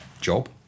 job